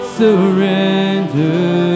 surrender